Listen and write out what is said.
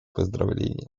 поздравления